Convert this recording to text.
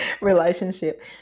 relationship